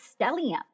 stellium